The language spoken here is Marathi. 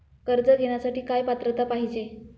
कर्ज घेण्यासाठी काय पात्रता पाहिजे?